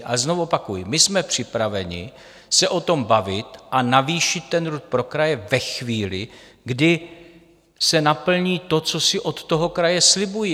A znovu opakuji: My jsme připraveni se o tom bavit a navýšit ten RUD pro kraje ve chvíli, kdy se naplní to, co si od toho kraje slibují.